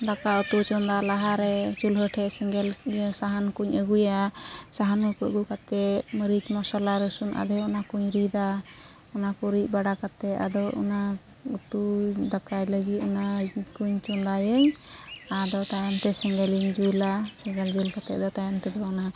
ᱫᱟᱠᱟᱼᱩᱛᱩ ᱪᱚᱸᱫᱟ ᱞᱟᱦᱟᱨᱮ ᱪᱩᱞᱦᱟᱹᱴᱷᱮᱡ ᱥᱮᱸᱜᱮᱞ ᱥᱟᱦᱟᱱᱠᱚᱧ ᱟᱹᱜᱩᱭᱟ ᱥᱟᱦᱟᱱᱠᱚ ᱟᱹᱜᱩ ᱠᱟᱛᱮᱫ ᱢᱟᱹᱨᱤᱪᱼᱢᱚᱥᱚᱞᱟ ᱨᱟᱹᱥᱩᱱᱼᱟᱫᱷᱮ ᱚᱱᱟᱠᱚᱧ ᱨᱤᱫᱟ ᱚᱱᱟᱠᱚ ᱨᱤᱫᱵᱟᱲᱟ ᱠᱟᱛᱮᱫ ᱚᱱᱟ ᱩᱛᱩᱫᱟᱠᱟᱭ ᱞᱟᱹᱜᱤᱫ ᱚᱱᱟᱠᱚᱧ ᱪᱟᱸᱫᱟᱭᱟᱹᱧ ᱟᱫᱚ ᱛᱟᱭᱚᱢᱛᱮ ᱥᱮᱸᱜᱮᱞᱤᱧ ᱡᱩᱞᱟ ᱥᱮᱸᱜᱮᱞ ᱡᱩᱞ ᱠᱟᱛᱮᱫ ᱫᱚ ᱛᱟᱭᱚᱢᱛᱮᱫᱚ ᱚᱱᱟ